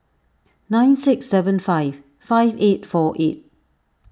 nine six seven five five eight four eight